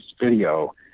video